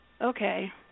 okay